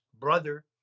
brother